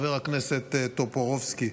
חבר הכנסת טופורובסקי,